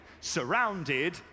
surrounded